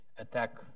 attack